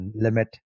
limit